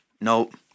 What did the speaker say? Nope